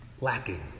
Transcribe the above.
lacking